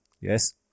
yes